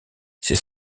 ces